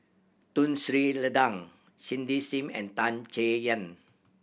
Tun Sri Lanang Cindy Sim and Tan Chay Yan